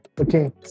Okay